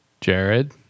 Jared